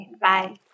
Bye